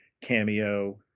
cameo